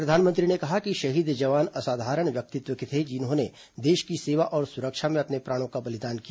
प्रधानमंत्री ने कहा कि शहीद जवान असाधारण व्यक्तित्व के थे जिन्होंने देश की सेवा और सुरक्षा में अपने प्राणों का बलिदान किया